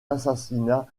assassinat